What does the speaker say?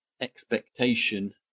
expectation